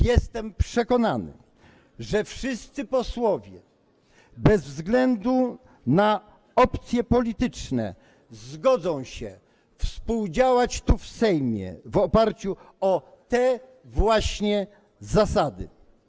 Jestem przekonany, że wszyscy posłowie bez względu na opcje polityczne zgodzą się współdziałać tu, w Sejmie, w oparciu o te właśnie zasady.